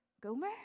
Gomer